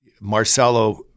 Marcelo